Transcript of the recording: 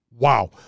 wow